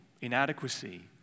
inadequacy